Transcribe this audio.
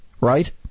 right